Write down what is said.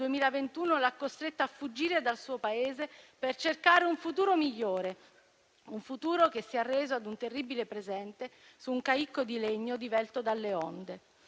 2021 l'ha costretta a fuggire dal suo Paese per cercare un futuro migliore; un futuro che si è arreso a un terribile presente, su un caicco di legno divelto dalle onde.